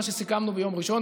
מה שסיכמנו ביום ראשון,